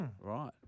right